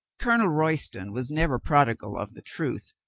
colonel royston was never prodigal of the truth.